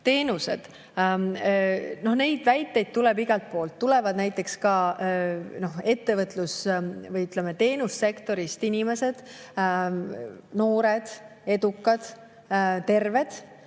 teenuseid – neid väiteid tuleb igalt poolt. Tulevad näiteks ka ettevõtlus- või teenussektorist inimesed, noored, edukad ja terved,